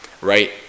Right